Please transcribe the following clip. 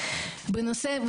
בנושא,